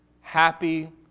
Happy